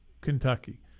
Kentucky